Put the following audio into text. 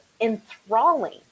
enthralling